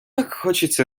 хочеться